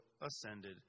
ascended